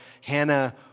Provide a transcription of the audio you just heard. Hannah